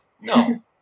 No